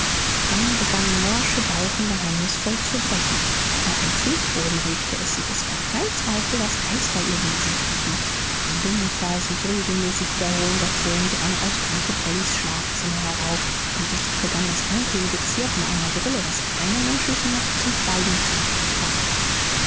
dann begannen morsche balken geheimnisvoll zu brechen auch im fußboden regte es sich es war kein zweifel daß geister ihr wesen trieben ein dumpfer sich regelmäßig wiederholender ton drang aus tante pollys schlafzimmer herauf und jetzt begann das eintönige zirpen einer grille das keine menschliche macht zum schweigen zu bringen vermag